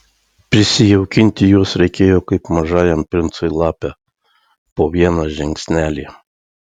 prisijaukinti juos reikėjo kaip mažajam princui lapę po vieną žingsnelį